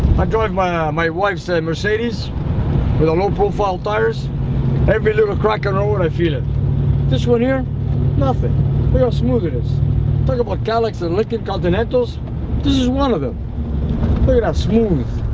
i drag my um my wife's a mercedes with a low-profile tires every little crack and roll when i feel it this one here nothing they are smooth it is talk about calyx and lincoln continentals this is one of them play it out smooth